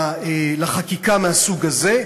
לחקיקה מהסוג הזה.